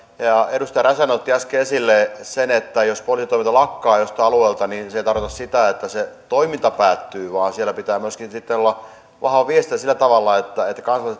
edustaja räsänen otti äsken esille sen että jos poliisitoiminta lakkaa joltain alueelta niin se ei tarkoita sitä että se toiminta päättyy vaan siellä pitää myöskin sitten olla vahva viestintä sillä tavalla että